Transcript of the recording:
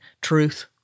truth